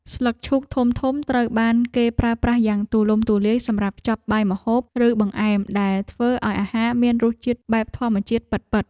ស្លឹកឈូកធំៗត្រូវបានគេប្រើប្រាស់យ៉ាងទូលំទូលាយសម្រាប់ខ្ចប់បាយម្ហូប ឬបង្អែមដែលធ្វើឱ្យអាហារមានរសជាតិបែបធម្មជាតិពិតៗ។